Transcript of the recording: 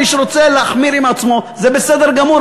מי שרוצה להחמיר עם עצמו זה בסדר גמור,